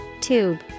Tube